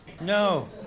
No